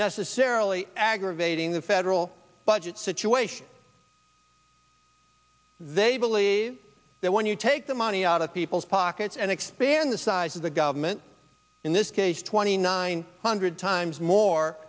necessarily aggravating the federal budget situation they believe that when you take the money out of people's pockets and expand the size of the government in this case twenty nine hundred times more